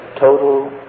total